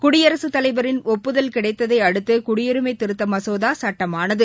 குடியரசுத் தலைவரின் ஒப்புதல் கிடைத்ததை அடுத்து குடியுரிமை திருத்த மசோதா சுட்டமானது